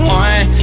one